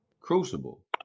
Crucible